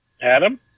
Adam